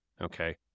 Okay